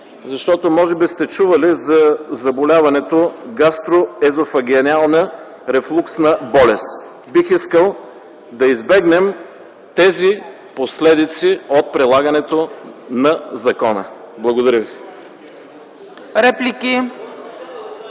защото може би сте чували за заболяването гастроезофагеална рефлуксна болест. Бих искал да избегнем тези последици от прилагането на закона. Благодаря ви.